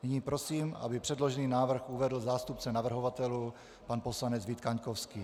Nyní prosím, aby předložený návrh uvedl zástupce navrhovatelů pan poslanec Vít Kaňkovský.